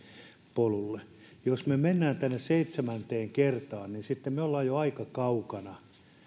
polulle jos me menemme siihen seitsemänteen kertaan niin sitten me olemme jo aika kaukana